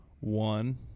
one